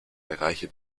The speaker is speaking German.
bereiche